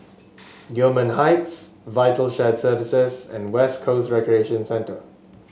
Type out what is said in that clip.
Gillman Heights Vital Shared Services and West Coast Recreation Centre